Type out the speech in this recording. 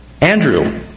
Andrew